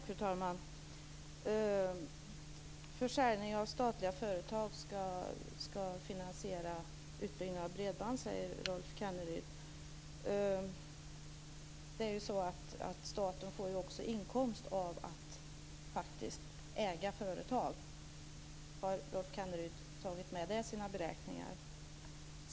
Fru talman! Försäljning av statliga företag ska finansiera utbyggnad av bredband, säger Rolf Kenneryd. Staten får också inkomster av att faktiskt äga företag. Har Rolf Kenneryd tagit med det i sina beräkningar?